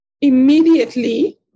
Immediately